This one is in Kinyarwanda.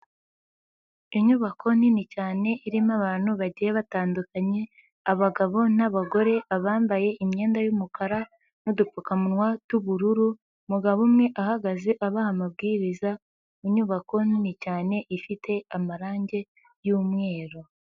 Inyubako nini cyane irimo abantu bagiye batandukanye, abagabo n'abagore bambaye imyenda y'umukara n'udupfukamunwa tw'bururu umugabo umwe ahagaze abaha amabwiriza mu nyubako nini cyane ifite amarangi y'umweru.